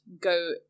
go